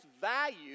value